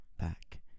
back